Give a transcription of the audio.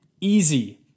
easy